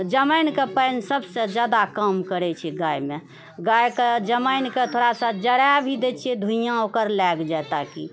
जमाइनके पानि सभसँ ज्यादा काम करैत छै गायमे गायके जमाइनके थोड़ा सा जरा भी दैत छियै धुइआँ ओकर लागि जाय ताकि